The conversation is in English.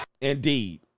Indeed